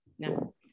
No